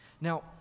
Now